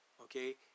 okay